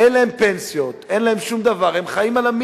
אין להם פנסיות, אין להם שום דבר.